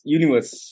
universe